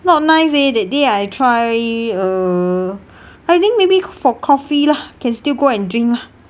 not nice eh that day I try uh I think maybe for coffee lah can still go and drink lah